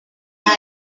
lain